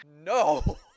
no